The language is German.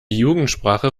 jugendsprache